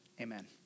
amen